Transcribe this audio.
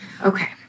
Okay